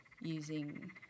using